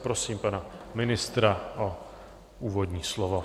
Prosím pana ministra o úvodní slovo.